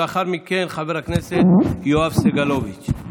לאחר מכן, חבר הכנסת יואב סגלוביץ'.